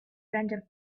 random